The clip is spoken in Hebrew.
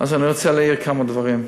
אני רוצה להעיר כמה דברים.